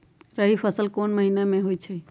रबी फसल कोंन कोंन महिना में होइ छइ?